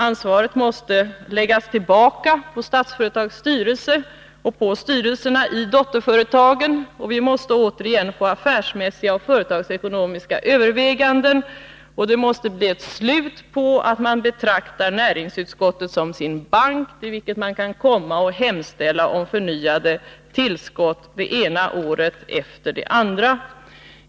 Ansvaret måste läggas tillbaka på Statsföretags styrelse och på styrelserna i dotterföretagen, och vi måste återigen få affärsmässiga och företagsekonomiska överväganden. Det måste bli ett slut på att man betraktar näringsutskottet som sin bank, till vilken man kan komma och hemställa om förnyade tillskott det ena året efter det andra.